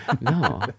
No